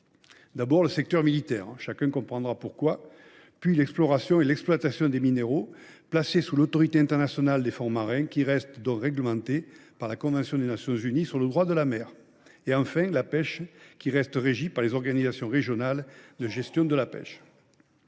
D’abord, le secteur militaire – chacun comprendra pourquoi –, puis l’exploration et l’exploitation des minéraux, qui dépendent de l’Autorité internationale des fonds marins et restent donc réglementés par la convention des Nations unies sur le droit de la mer, et enfin la pêche, qui reste régie par les organisations régionales de gestion de la pêche.